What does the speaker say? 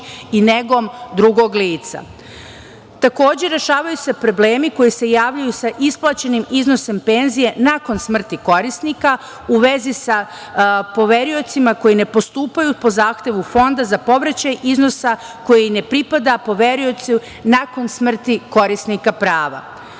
i negom drugog lica. Takođe, rešavaju se problemi koji se javljaju sa isplaćenim iznosom penzije nakon smrti korisnika, u vezi sa poveriocima koji ne postupaju po zahtevu Fonda za povraćaj iznosa koji i ne pripada poveriocu nakon smrti korisnika